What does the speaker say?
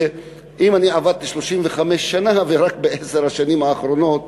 אם אני עבדתי 35 שנה ורק בעשר השנים האחרונות